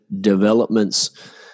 developments